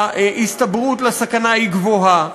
שההסתברות של הסכנה היא גבוהה,